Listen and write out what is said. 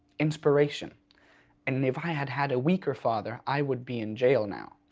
inspiration and if i had had a weaker father, i would be in jail now.